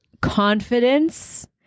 confidence